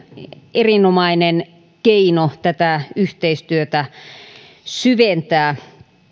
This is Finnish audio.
erinomainen keino tätä yhteistyötä syventää